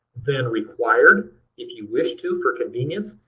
than required if you wish to for convenience.